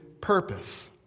purpose